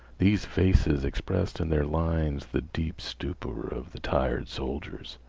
these faces expressed in their lines the deep stupor of the tired soldiers.